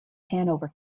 hanover